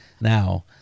Now